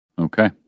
Okay